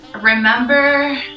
remember